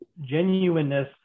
genuineness